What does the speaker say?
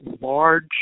large